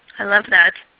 i love that.